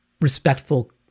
respectful